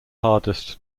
hardest